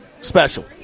special